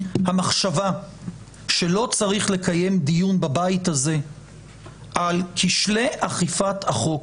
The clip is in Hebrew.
המחשבה שלא צריך לקיים דיון בבית הזה על כשלי אכיפת החוק.